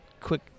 quick